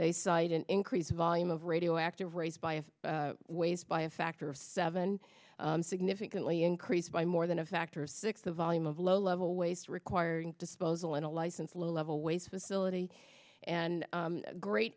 they cite an increased volume of radioactive race by of ways by a factor of seven significantly increased by more than a factor of six the volume of low level waste requiring disposal and a license low level waste facility and great